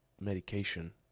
medication